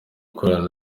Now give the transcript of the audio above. gukorana